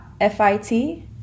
F-I-T